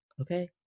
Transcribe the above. okay